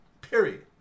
period